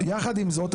יחד עם זאת,